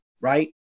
right